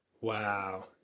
wow